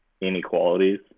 inequalities